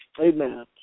Amen